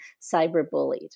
cyberbullied